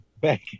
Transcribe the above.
back